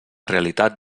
realitat